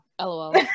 lol